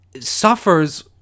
suffers